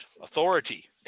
authority